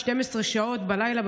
12 שעות בלילה,